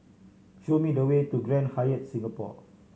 show me the way to Grand Hyatt Singapore